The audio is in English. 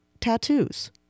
tattoos